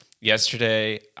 Yesterday